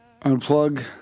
unplug